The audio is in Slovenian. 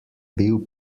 bil